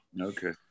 Okay